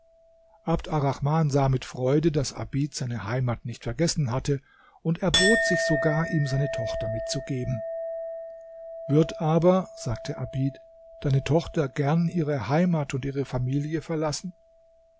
arrahman sah mit freude daß abid seine heimat nicht vergessen hatte und erbot sich sogar ihm seine tochter mitzugeben wird aber sagte abid deine tochter gern ihre heimat und ihre familie verlassen